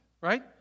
right